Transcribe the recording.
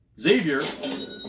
Xavier